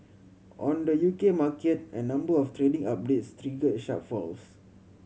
on the U K market a number of trading updates triggered sharp falls